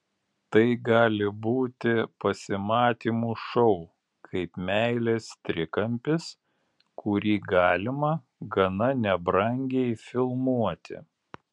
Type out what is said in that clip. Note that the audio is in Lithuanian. tai gali būti pasimatymų šou kaip meilės trikampis kurį galima gana nebrangiai filmuoti